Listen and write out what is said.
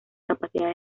capacidad